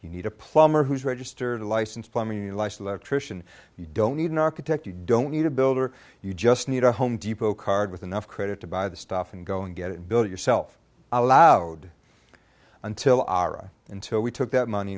you need a plumber who's registered licensed plumbing you don't need an architect you don't need a builder you just need a home depot card with enough credit to buy the stuff and go and get it build yourself out loud until hour until we took that money